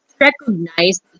recognize